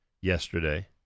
yesterday